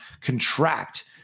contract